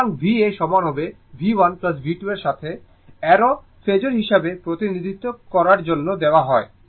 সুতরাং v A সমান হবে V1 V2 এর সাথে অ্যারো ফেজোর হিসাবে প্রতিনিধিত্ব করার জন্য দেওয়া হয়